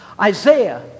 Isaiah